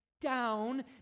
down